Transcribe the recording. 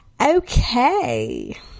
okay